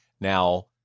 now